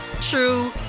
true